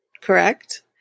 Correct